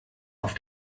auf